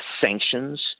sanctions